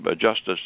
Justice